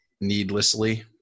needlessly